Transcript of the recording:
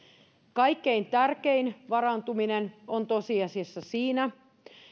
kaikkein tärkeintä varautuminen on tosiasiassa siinä